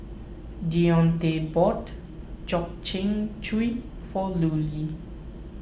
Deonta bought Gobchang Gui for Lulie